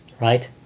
right